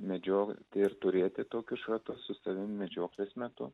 medžioti ir turėti tokius šratus su savim medžioklės metu